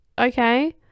okay